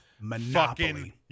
monopoly